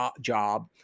job